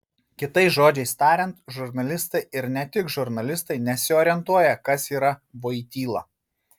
kitais žodžiais tariant žurnalistai ir ne tik žurnalistai nesiorientuoja kas yra voityla